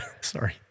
sorry